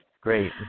Great